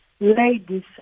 ladies